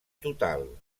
total